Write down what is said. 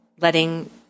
letting